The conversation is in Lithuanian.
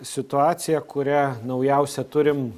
situacija kurią naujausią turim